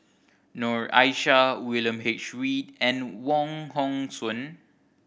Noor Aishah William H Read and Wong Hong Suen